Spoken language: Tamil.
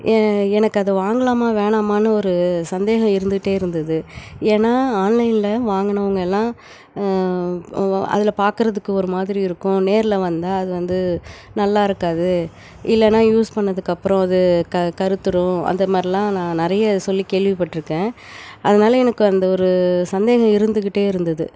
ஏ எனக்கு அது வாங்கலாமா வேணாமான்னு ஒரு சந்தேகம் இருந்துகிட்டே இருந்தது ஏன்னா ஆன்லைனில் வாங்குனவங்க எல்லாம் அதில் பார்க்கறதுக்கு ஒரு மாதிரி இருக்கும் நேரில் வந்தா அது வந்து நல்லா இருக்காது இல்லைன்னா யூஸ் பண்ணதுக்கப்புறோம் அது க கருத்துரும் அந்த மர்லாம் நான் நிறைய சொல்லி கேள்விப்பட் இருக்கேன் அதனால எனக்கு அந்த ஒரு சந்தேகம் இருந்துகிட்டே இருந்தது